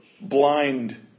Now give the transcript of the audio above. blind